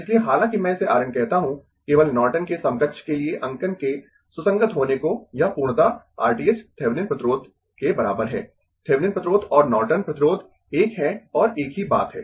इसलिए हालांकि मैं इसे R N कहता हूं केवल नॉर्टन के समकक्ष के लिए अंकन के सुसंगत होने को यह पूर्णतः Rth थेविनिन प्रतिरोध के बराबर है थेविनिन प्रतिरोध और नॉर्टन प्रतिरोध एक है और एक ही बात है